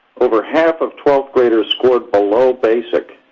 over half of twelfth graders scored below basic,